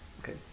Okay